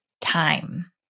time